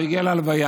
הוא הגיע להלוויה.